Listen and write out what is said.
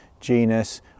genus